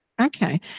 Okay